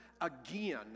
again